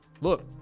Look